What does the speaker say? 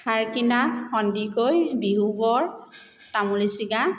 সাৰকিনা সন্দিকৈ বিহু বৰ তামুলী চিগা